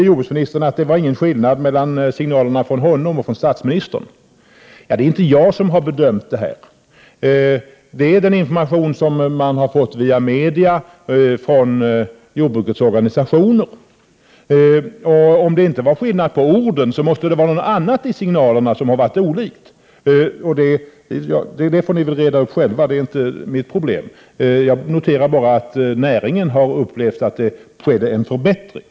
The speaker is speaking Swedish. Jordbruksministern säger att det inte finns någon skillnad när det gäller signalerna från honom och från statsministern. Det är inte jag som har gjort den bedömningen att det finns en skillnad. Det har framgått av den information från jordbrukets organisationer som vi fått via media. Om det inte fanns någon skillnad mellan de ord som användes, måste det ha funnits någonting annat i dessa signaler som var olikt — men det får ni reda upp själva, det är inte mitt problem. Jag gör bara den noteringen att näringen har upplevt att det skett en förbättring.